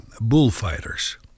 bullfighters